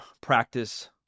practice